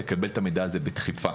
לקבל את המידע הזה בדחיפה.